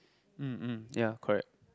mm mm ya correct